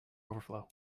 overflow